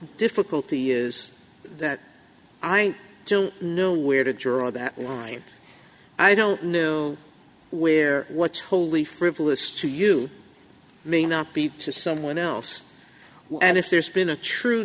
difficulty is that i don't know where to draw that line i don't know where what's holy frivolous to you may not be to someone else and if there's been a true